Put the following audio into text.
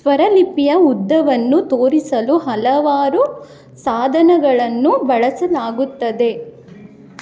ಸ್ವರಲಿಪಿಯ ಉದ್ದವನ್ನು ತೋರಿಸಲು ಹಲವಾರು ಸಾಧನಗಳನ್ನು ಬಳಸಲಾಗುತ್ತದೆ